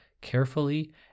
carefully